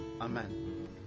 Amen